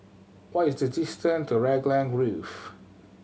what is the distance to Raglan Grove